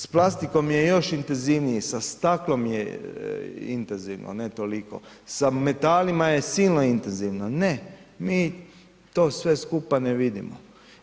S plastikom je još intenzivniji, sa staklom je intenzivno, ne toliko, sa metalima je silno intenzivno, ne mi to sve skupa to ne vidimo